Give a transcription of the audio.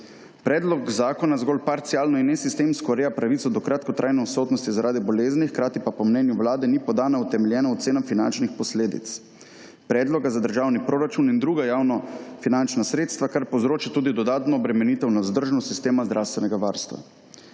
Predlog zakona zgor parcialno in nesistemsko ureja pravico do kratkotrajne odsotnosti zaradi bolezni, hkrati pa po mnenju Vlade ni podana utemeljena ocena finančnih posledic. Predloga za državni proračun in druga javnofinančna sredstva, kar povzroča tudi dodatno obremenitev na vzdržnost sistema zdravstvenega varstva.